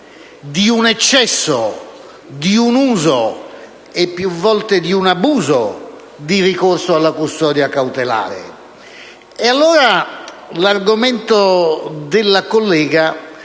di un eccesso, di un uso e più volte di un abuso di ricorso alla custodia cautelare.